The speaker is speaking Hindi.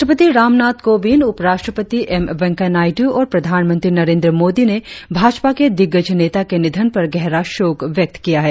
राष्ट्रपति रामनाथ कोविंद उपराष्ट्रपति वेंकैया नायडू और प्रधानमंत्री नंरेंद्र मोदी ने भाजपा के दिग्गज नेता के निधन पर गहरा शोक व्यक्त किया है